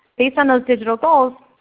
based on those digital goals,